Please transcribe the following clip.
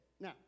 Now